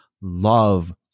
love